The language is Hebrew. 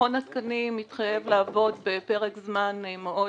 מכון התקנים התחייב לעבוד בפרק זמן מאוד